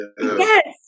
Yes